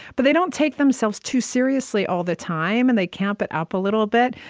but they don't take themselves too seriously all the time, and they camp it up a little bit.